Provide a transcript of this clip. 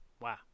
Wow